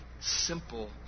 simple